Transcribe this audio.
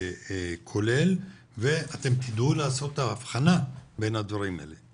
כולל ואתם תדעו לעשות את ההבחנה בין הדברים האלה.